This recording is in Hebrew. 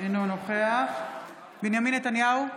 אינו נוכח בנימין נתניהו,